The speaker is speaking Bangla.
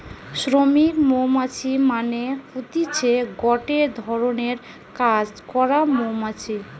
শ্রমিক মৌমাছি মানে হতিছে গটে ধরণের কাজ করা মৌমাছি